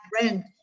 rent